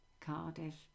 Cardiff